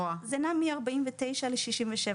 נע בין 49 ל-67,